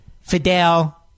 Fidel